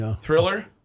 Thriller